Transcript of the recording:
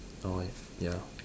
no eh ya